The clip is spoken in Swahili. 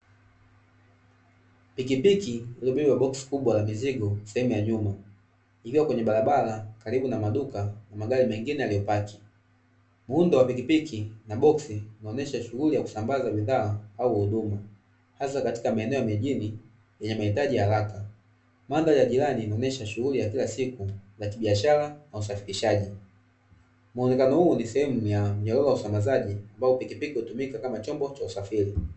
Pikipiki iliyobeba boksi kubwa la mizigo sehemu ya nyuma, ikiwa kwenye barabara karibu na maduka na magari mengine yaliyopaki. Muundo wa pikipiki na boksi unaonyesha shughuli ya kusambaza bidhaa au huduma, hasa katika maeneo ya mijini yenye mahitaji ya haraka. Mandhari ya jirani inaonyesha shughuli ya kila siku ya kibiashara na usafirishaji. Muonekano huu ni sehemu ya mnyororo wa usambazaji ambao pikipiki hutumika kama chombo cha usafiri.